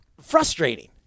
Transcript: frustrating